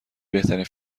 بهترین